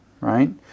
right